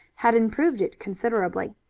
had improved it considerably.